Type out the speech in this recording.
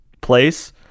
place